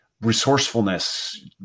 resourcefulness